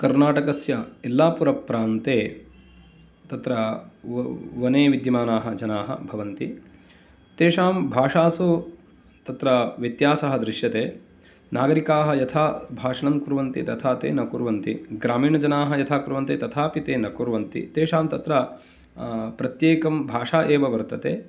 कर्नाटकस्य इल्लापुरप्रान्ते तत्र व वने विद्यमानाः जनाः भवन्ति तेषां भाषासु तत्र व्यत्यासः दृश्यते नागरिकाः यथा भाषणं कुर्वन्ति तथा ते न कुर्वन्ति ग्रामीणजनाः यथा कुर्वन्ति तथापि ते न कुर्वन्ति तेषां तत्र प्रत्येकं भाषा एव वर्तते